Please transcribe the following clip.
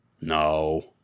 No